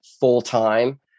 full-time